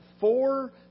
four